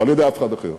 לא על-ידי אף אחד אחר,